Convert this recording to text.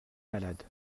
malade